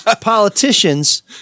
politicians